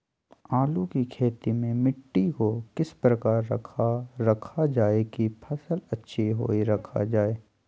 आलू की खेती में मिट्टी को किस प्रकार रखा रखा जाए की फसल अच्छी होई रखा जाए?